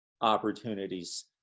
opportunities